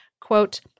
quote—